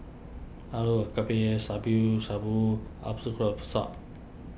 Alu Gobi Shabu Shabu